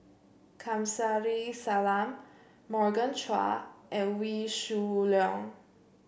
Kamsari Salam Morgan Chua and Wee Shoo Leong